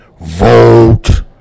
vote